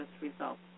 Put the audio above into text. results